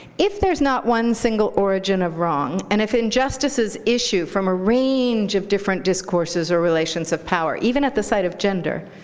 if there's not one single origin of wrong, and if injustices issue from a range of different discourses or relations of power, even at the site of gender,